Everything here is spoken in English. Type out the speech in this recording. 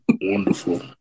Wonderful